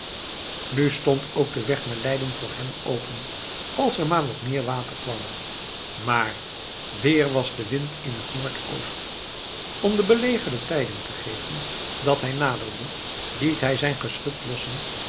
nu ook stond de weg naar leiden voor hem open als er maar wat meer water kwam maar weer was de wind in het noordoosten om den belegerden tijding te geven dat hij naderde liet hij zijn geschut lossen